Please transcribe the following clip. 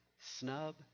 snub